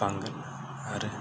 बांगोन आरो